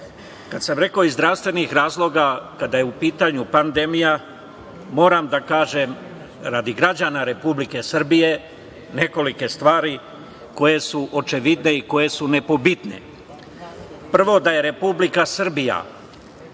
Kada sam rekao iz zdravstvenih razloga, kada je u pitanju pandemija, moram da kažem radi građana Republike Srbije nekoliko stvari koje su očevidne i koje su nepobitne. Prvo, Republika Srbija